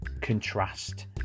contrast